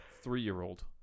three-year-old